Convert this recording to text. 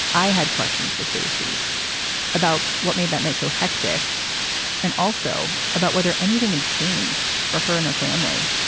i had questions for stacey about what made that night so hectic and also about whether anything had changed for her and her family.